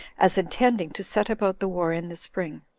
as intending to set about the war in the spring.